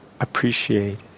appreciate